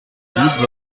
lead